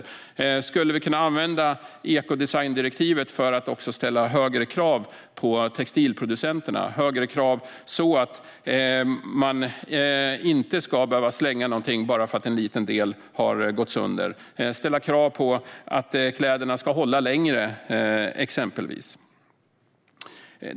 Vi skulle kunna använda ekodesigndirektivet för att också ställa högre krav på textilproducenterna, så att man inte ska behöva slänga något bara för att en liten del har gått sönder. Det handlar om att exempelvis ställa krav på att kläderna ska hålla längre.